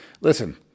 listen